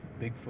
Bigfoot